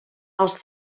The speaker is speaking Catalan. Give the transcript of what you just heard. els